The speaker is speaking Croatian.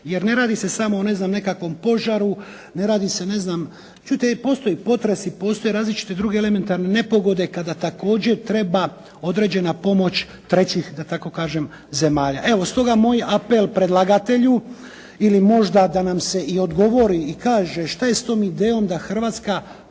jer ne radi se samo o nekakvom požaru, ne radi se ne znam, čujte postoje potresi, postoje različite druge elementarne nepogode kada također treba određena pomoć trećih, da tako kažem zemalja. Evo, stoga moj apel predlagatelji ili možda da nam se i odgovori i kaže što je s tom idejom da Hrvatska